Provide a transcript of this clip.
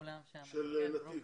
נציג של נתיב.